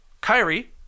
Kyrie